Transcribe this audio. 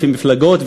לפי מפלגות,